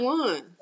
one